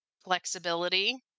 flexibility